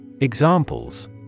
Examples